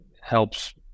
helps